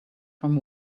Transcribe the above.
from